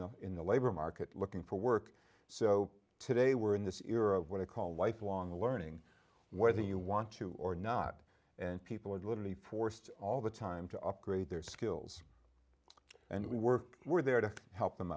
the in the labor market looking for work so today we're in this era of what i call lifelong learning whether you want to or not and people are literally forced all the time to upgrade their skills and we work we're there to help them